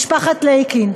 משפחת לייקין,